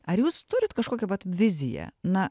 ar jūs turit kažkokią vat viziją na